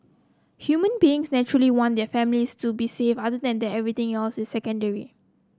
human beings naturally want their families to be safe other than that everything else is secondary